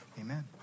Amen